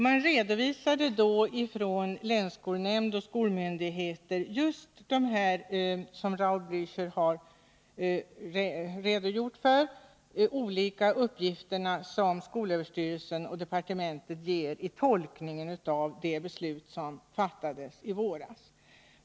Man redovisade då från länsskolnämnd och skolmyndigheter just vad Raul Blächer har redogjort för, nämligen de olika uppgifter som skolöverstyrelsen och departementet ger i fråga om tolkningen av det beslut som fattades i våras.